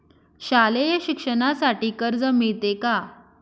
शालेय शिक्षणासाठी कर्ज मिळते का?